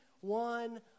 one